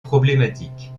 problématique